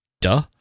Duh